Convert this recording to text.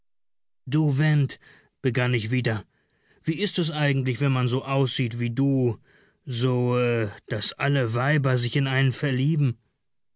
du went begann ich wieder wie ist es eigentlich wenn man so aussieht wie du so daß alle weiber sich in einen verlieben